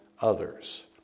others